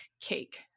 cake